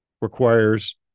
requires